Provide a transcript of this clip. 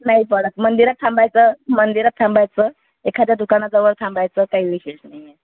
नाही पडत मंदिरात थांबायचं मंदिरात थांबायचं एखाद्या दुकानाजवळ थांबायचं काही विशेष नाही आहे